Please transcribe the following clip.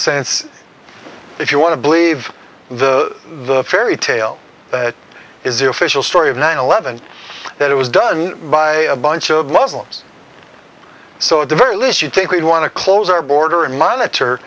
science if you want to believe the the fairy tale is the official story of nine eleven that it was done by a bunch of muslims so at the very least you take we'd want to close our border and monitor